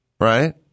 right